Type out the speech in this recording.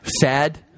Sad